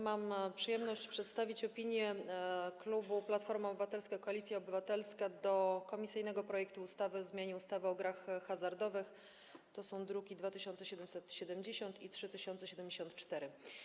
Mam przyjemność przedstawić opinię klubu Platforma Obywatelska - Koalicja Obywatelska co do komisyjnego projektu ustawy o zmianie ustawy o grach hazardowych, druki nr 2770 i 3074.